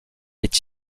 est